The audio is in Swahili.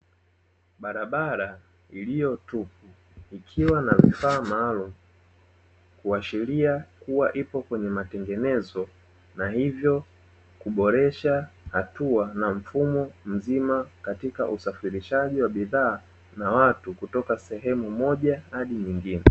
Barabara iliyotupu ikiwa na vifaa maalumu kuashiria kuwa ipo kwenye matengenezo, na hivyo kuboresha hatua na mfumo mzima katika usafirishaji wa bidhaa na watu kutoka sehemu moja hadi nyingine.